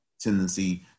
tendency